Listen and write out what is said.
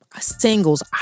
singles